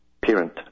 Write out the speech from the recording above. parent